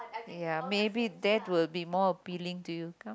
ya maybe that will be more appealing to you come